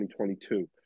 2022